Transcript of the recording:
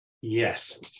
Yes